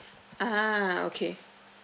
(uh huh) okay